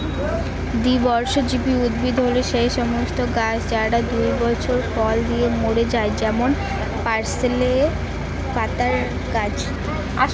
দ্বিবর্ষজীবী উদ্ভিদ হল সেই সমস্ত গাছ যারা দুই বছর ফল দিয়ে মরে যায় যেমন পার্সলে পাতার গাছ